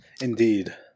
Indeed